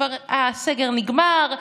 כבר הסגר נגמר,